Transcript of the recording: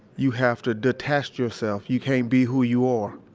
you have to detach yourself. you can't be who you are.